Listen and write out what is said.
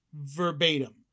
verbatim